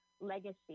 legacy